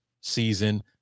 season